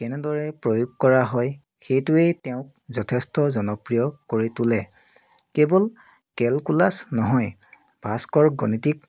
কেনেদৰে প্ৰয়োগ কৰা হয় সেইটোৱে তেওঁক যথেষ্ট জনপ্ৰিয় কৰি তোলে কেৱল কেলকুলাচ নহয় ভাস্কৰ গণিতিক